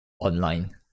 online